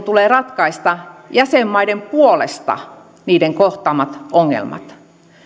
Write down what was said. tulee ratkaista jäsenmaiden puolesta niiden kohtaamat ongelmat